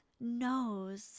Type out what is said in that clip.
knows